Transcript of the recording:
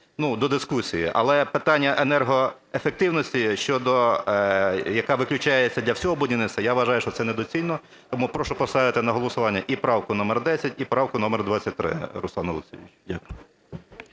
до дискусії. Але питання енергоефективності, яка виключається для всього будівництва, я вважаю, що це недоцільно. Тому прошу поставити на голосування і правку номер 10, і правку номер 23, Руслане Олексійовичу. Дякую.